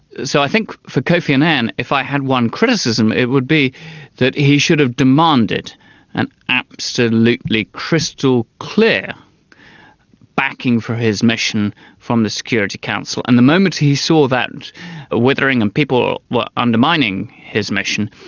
so i think for kofi annan, if i had one criticism it would be that he should have demanded an absolutely crystal clear backing for his mission from the security council. and the moment he saw that withering and people were undermining his mission,